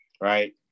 Right